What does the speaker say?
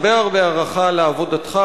הרבה הרבה הערכה על עבודתך,